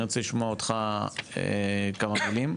אני רוצה לשמוע אותך כמה מילים.